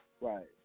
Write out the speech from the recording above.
Right